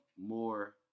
more